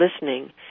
listening